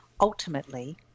ultimately